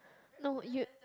no you